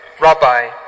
Rabbi